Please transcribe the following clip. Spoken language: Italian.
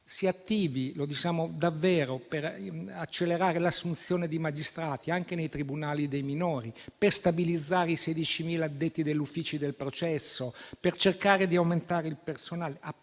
Si attivi - lo diciamo davvero - per accelerare l'assunzione di magistrati, anche nei tribunali dei minori, per stabilizzare i 16.000 addetti degli uffici del processo, per cercare di aumentare il personale,